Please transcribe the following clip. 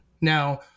Now